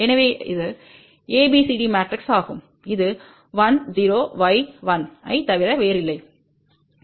எனவே இது ABCD matrix ஆகும் இது 1 0 Y 1 ஐத் தவிர வேறில்லை